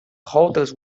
hotels